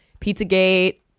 PizzaGate